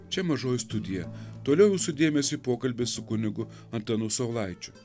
čia mažoji studija toliau jūsų dėmesiui pokalbis su kunigu antanu saulaičiu